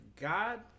God